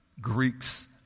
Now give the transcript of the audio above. Greeks